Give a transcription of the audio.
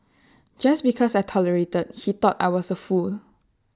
just because I tolerated he thought I was A fool